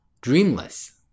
dreamless